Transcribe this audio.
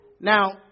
Now